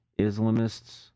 Islamists